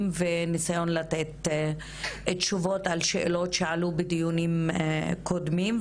וניסיון לתת תשובות על שאלות שעלו בדיונים קודמים.